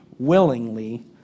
willingly